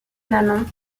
nanon